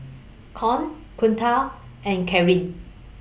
Con Kunta and Kareen